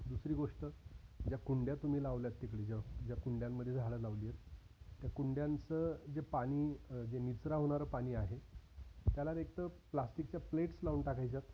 दुसरी गोष्ट ज्या कुंड्या तुम्ही लावल्यात तिकडे ज्या ज्या कुंड्यांमध्ये झाडं लावली आहेत त्या कुंड्यांचं जे पाणी जे निचरा होणारं पाणी आहे त्याला एक तर प्लास्टिकच्या प्लेट्स लावून टाकायच्या